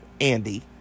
Andy